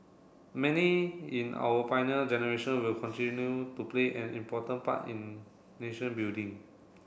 many in our Pioneer Generation will continue to play an important part in nation building